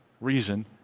reason